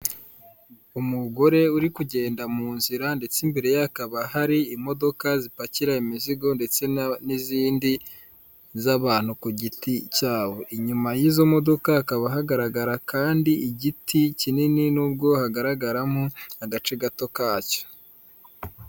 Umugore uri kugenda mu nzira ndetse imbere ye hakaba hari imodoka zipakira imizigo ndetse n'izindi z'abantu ku giti cyabo inyuma y'izo modoka hakaba hagaragara kandi igiti kinini nubwo hagaragaramo agace gato kacyo.